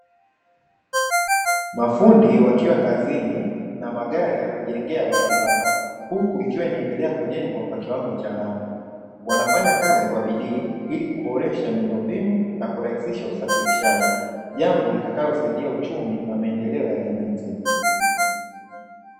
Mafundi wakiwa kazini na magari ya kujengea barabara, huku ikiwa inaendelea kujengwa kwa kiwango cha lami, wanafanya kazi kwa bidii ili kuboresha miundo mbinu na kurahisisha usafirishaji; jambo litakalosaidia uchumi na maendeleo ya jamii nzima.